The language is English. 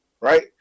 right